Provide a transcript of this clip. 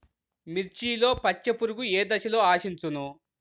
మిర్చిలో పచ్చ పురుగు ఏ దశలో ఆశించును?